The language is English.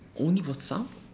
only for some